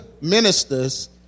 ministers